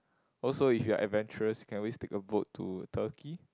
also if you are adventurous can always take a boat to Turkey